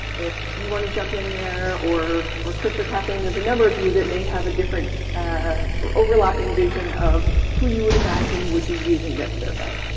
if you want to jump in there, or or chris, or kathleen. there's a number of you that may have a different ah or overlapping vision of who you would imagine would be using this survey.